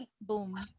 boom